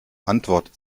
antwortet